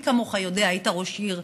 מי כמוך יודע, היית ראש עיר